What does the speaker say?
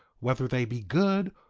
whether they be good,